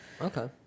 Okay